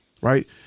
right